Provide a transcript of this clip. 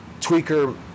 tweaker